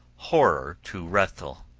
horror to hrethel